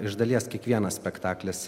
iš dalies kiekvienas spektaklis